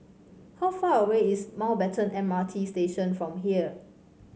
how far away is Mountbatten M R T Station from here